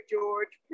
George